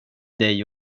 dig